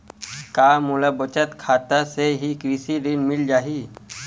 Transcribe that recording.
का मोला बचत खाता से ही कृषि ऋण मिल जाहि?